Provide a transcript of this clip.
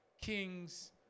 kings